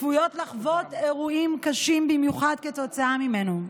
צפויות לחוות אירועים קשים במיוחד כתוצאה ממנו.